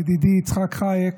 ידידי יצחק חייק,